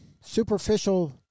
superficial